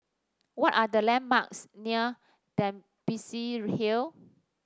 what are the landmarks near Dempsey Hill